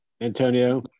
Antonio